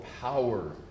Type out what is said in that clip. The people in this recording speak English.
power